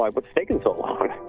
um what's taking so long?